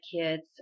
kids